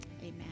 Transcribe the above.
amen